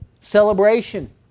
celebration